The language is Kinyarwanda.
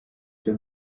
cyo